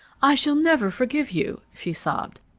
i shall never forgive you! she sobbed.